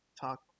talk